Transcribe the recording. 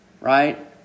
right